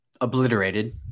obliterated